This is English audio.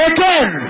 Again